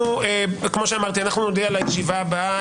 אנחנו נודיע על הישיבה הבאה,